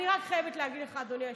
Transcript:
אני רק חייבת להגיד לך, אדוני היושב-ראש,